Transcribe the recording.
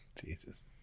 Jesus